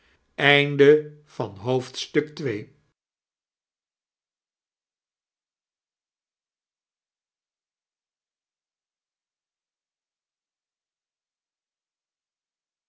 leven van het